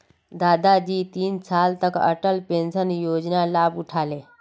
दादाजी तीन साल तक अटल पेंशन योजनार लाभ उठा ले